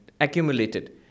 Accumulated